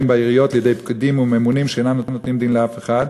בעיריות לידי פקידים וממונים שאינם נותנים דין לאף אחד.